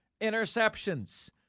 interceptions